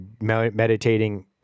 meditating